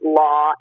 law